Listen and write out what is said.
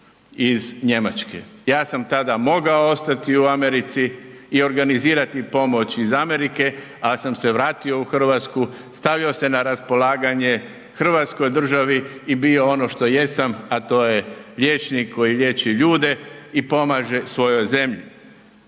iz Njemačke. Ja sam tada mogao ostati u Americi i organizirati pomoć iz Amerike, ali sam se vratio u Hrvatsku, stavio se na raspolaganje Hrvatskoj državi i bio ono što jesam, a to je liječnik koji liječi ljude i pomaže svojoj zemlji.